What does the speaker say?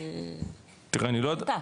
לא הייתה.